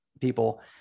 people